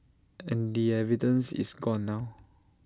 and the evidence is gone now